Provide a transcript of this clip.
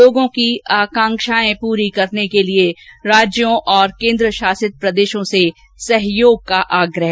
लोगों की आकांक्षाएं पूरी करने के लिए राज्यों और केंद्रशासित प्रदेशों से सहयोग का आग्रह